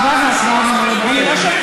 אני מציע לך תשובה והצבעה במועד אחר.